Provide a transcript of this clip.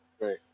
right